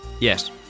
Yes